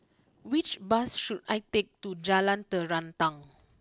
which bus should I take to Jalan Terentang